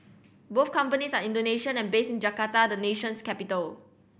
both companies are Indonesian and based in Jakarta the nation's capital